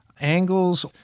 angles